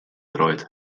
droed